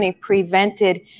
prevented